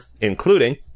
including